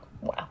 wow